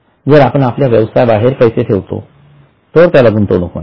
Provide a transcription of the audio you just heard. जर आपण आपल्या व्यवसायाबाहेर पैसेठेवतो तर त्याला गुंवणूक म्हणतात